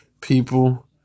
People